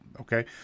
Okay